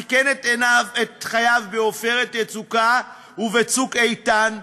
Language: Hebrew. סיכן את חייו ב"עופרת יצוקה" וב"צוק איתן".